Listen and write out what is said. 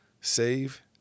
save